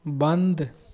बन्द